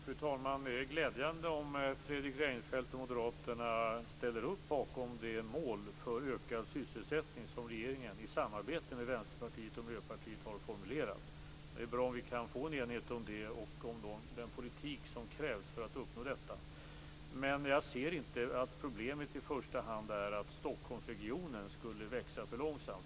Fru talman! Det är glädjande om Fredrik Reinfeldt och Moderaterna ställer upp bakom det mål för ökad sysselsättning som regeringen i samarbete med Vänsterpartiet och Miljöpartiet har formulerat. Det är bra om vi kan få en enighet om det och om den politik som krävs för att uppnå detta. Men jag ser inte att problemet i första hand är att Stockholmsregionen skulle växa för långsamt.